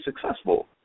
successful